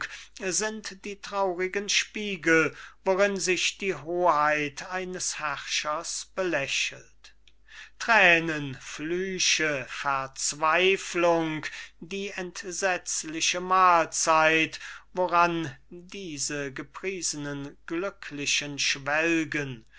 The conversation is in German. sind die traurigen spiegel worin sich die hoheit eines herrschers belächelt thränen flüche verzweiflung die entsetzliche mahlzeit woran diese gepriesenen glücklichen schwelgen